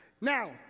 Now